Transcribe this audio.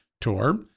tour